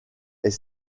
est